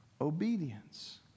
obedience